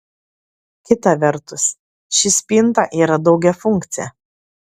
kita vertus ši spinta yra daugiafunkcė